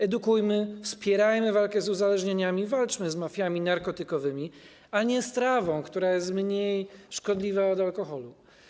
Edukujmy, wspierajmy walkę z uzależnieniami, walczmy z mafiami narkotykowymi, ale nie z trawą, która jest mniej szkodliwa od alkoholu.